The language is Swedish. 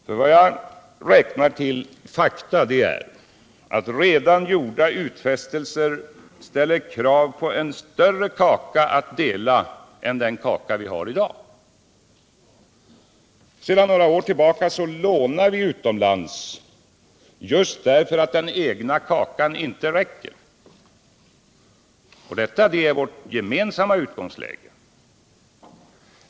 Till fakta räknar jag att redan gjorda utfästelser ställer krav på en större kaka att dela än den vi har i dag. Sedan några år tillbaka lånar vi utomlands just därför att den egna kakan inte räcker. Detta är vårt gemensamma utgångsläge.